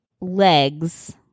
legs